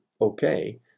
okay